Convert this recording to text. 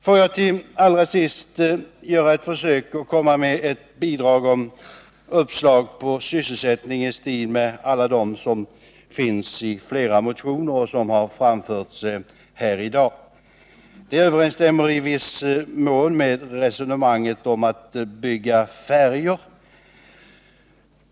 Får jag göra ett försök att komma med ett bidrag om uppslag till sysselsättning i stil med alla dem som finns i flera av motionerna och som framförts här i dag. Det överensstämmer i viss mån med resonemanget om att bygga färjor.